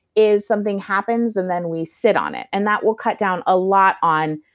is something happens and then we sit on it. and that will cut down a lot on.